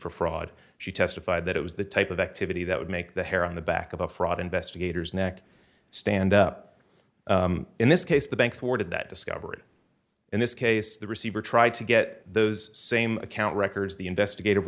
for fraud she testified that it was the type of activity that would make the hair on the back of a fraud investigators neck stand up in this case the banks ordered that discovered in this case the receiver tried to get those same account records the investigative